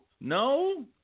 No